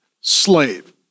slave